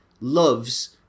loves